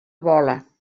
vola